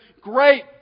great